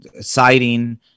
siding